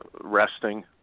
resting